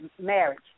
marriage